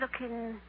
looking